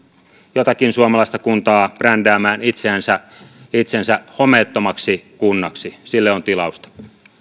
jotakin suomalaista kuntaa brändäämään itsensä itsensä homeettomaksi kunnaksi sille on tilausta